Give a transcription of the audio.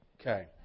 Okay